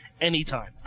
anytime